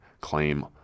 claim